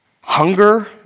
hunger